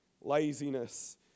Laziness